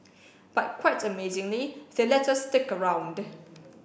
but quite amazingly they let us stick around